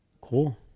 Cool